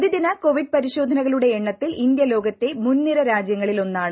പ്രതിദിന കോവിഡ് പരിശോധനകളുടെ എണ്ണത്തിൽ ഇന്ത്യ ലോകത്തെ മുൻനിര രാജ്യങ്ങളിലൊന്നാണ്